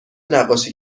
نقاشی